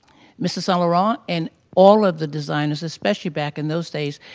mr. saint laurent and all of the designers, especially back in those days,